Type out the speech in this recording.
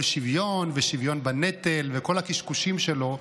על שוויון ושוויון בנטל וכל הקשקושים שלו.